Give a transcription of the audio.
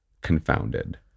Confounded